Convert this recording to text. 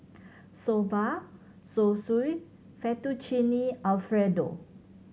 Soba Zosui Fettuccine Alfredo